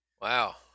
Wow